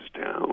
down